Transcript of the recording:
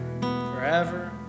forever